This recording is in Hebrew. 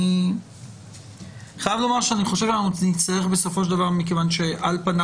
אני חייב לומר שאני חושב שנצטרך בסופו של דבר מכיוון שעל פניו